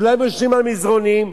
כולם ישנים על מזרונים,